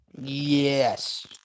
Yes